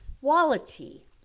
quality